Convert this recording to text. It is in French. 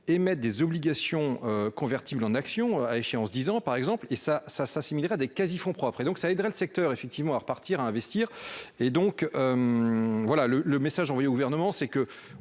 émettre des obligations convertibles en actions à échéance 10 ans par exemple, et ça, ça s'assimiler à des quasi-fonds propres et donc ça aidera le secteur effectivement à repartir à investir et donc voilà le le message envoyé au gouvernement, c'est que,